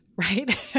right